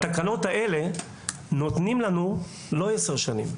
בתקנות האלה נותנים לנו לא עשר שנים,